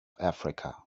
africa